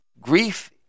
grief